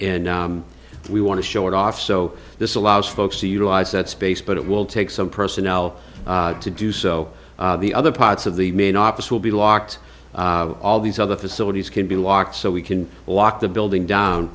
and we want to show it off so this allows folks to utilize that space but it will take some personnel to do so the other parts of the main office will be locked all these other facilities can be locked so we can lock the building